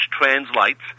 translates